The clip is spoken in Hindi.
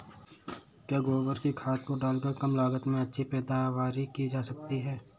क्या गोबर की खाद को डालकर कम लागत में अच्छी पैदावारी की जा सकती है?